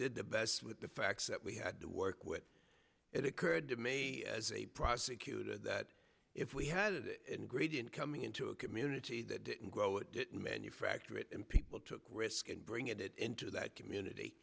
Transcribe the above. did the best with the facts that we had to work with it occurred to me as a prosecutor that if we had a gradient coming into a community that didn't go it didn't manufacture it and people took risk and bring it into that community